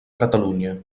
catalunya